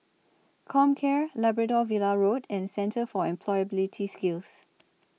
Comcare Labrador Villa Road and Centre For Employability Skills